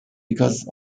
because